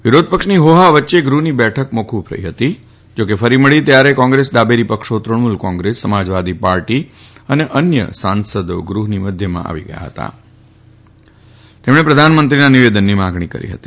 વિરોધપક્ષની હોહા વચ્ચે ગૃહની બેઠક મોકૂફ રહી હતી જા કે ફરી મળી ત્યારે કોંગ્રેસ ડાબેરી પક્ષો તૃણમૂલ કોંગ્રેસ સમા વાદી પાર્ટી અને અન્યના સાંસદો ગૃહની મધ્યમાં આવી ગયા હતા અને પ્રધાનમંત્રીના નિવેદનનની માગણી કરીહતી